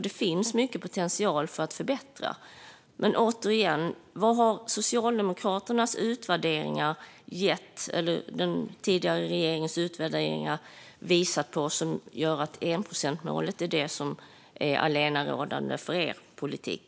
Det finns stor potential till förbättring. Men återigen: Vad har den tidigare regeringens utvärderingar visat som gjort att enprocentsmålet är allenarådande i er politik?